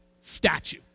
statue